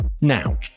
now